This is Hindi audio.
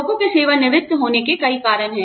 लोगों के सेवानिवृत्त होने के कई कारण हैं